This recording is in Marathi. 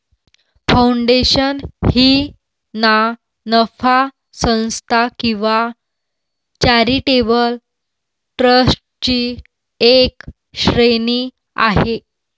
फाउंडेशन ही ना नफा संस्था किंवा चॅरिटेबल ट्रस्टची एक श्रेणी आहे